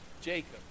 Jacob